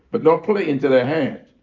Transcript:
but don't put it into their hands.